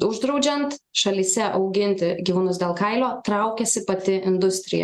uždraudžiant šalyse auginti gyvūnus dėl kailio traukiasi pati industrija